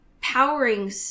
powering